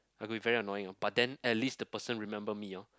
I could be very annoying hor but then at least the person remember me hor